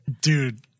dude